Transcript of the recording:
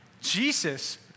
Jesus